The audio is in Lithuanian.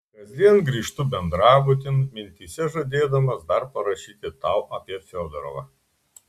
kasdien grįžtu bendrabutin mintyse žadėdamas dar parašyti tau apie fiodorovą